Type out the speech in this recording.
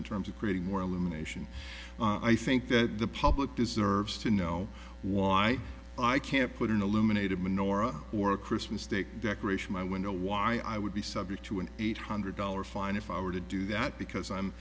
in terms of creating more illumination i think that the public deserves to know why i can't put an illuminated menorah or a christmas day decoration my window why i would be subject to an eight hundred dollar fine if i were to do that because i'm